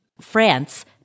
France